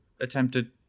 attempted